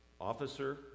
officer